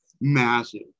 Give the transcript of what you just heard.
massive